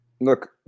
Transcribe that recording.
Look